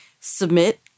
submit